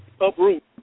uproot